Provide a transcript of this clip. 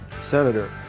senator